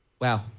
wow